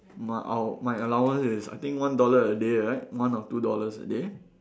my our my allowance is I think is one dollar right one or two dollars a day